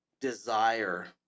desire